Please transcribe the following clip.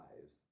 lives